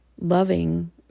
loving